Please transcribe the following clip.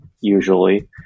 usually